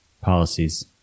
policies